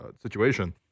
situation